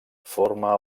forma